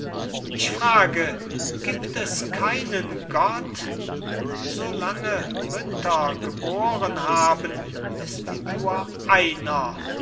ich frage gibt es keinen gott solange mütter geboren haben ist nur einer